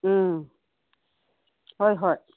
ꯎꯝ ꯍꯣꯏ ꯍꯣꯏ